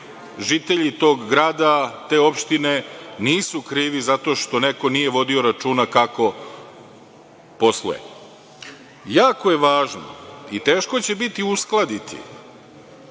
žitelji tog grada, te opštine nisu krivi zato što neko nije vodio računa kako posluje. Jako je važno i teško će biti uskladiti